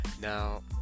now